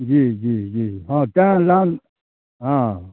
जी जी जी हँ तेँ लाल हँ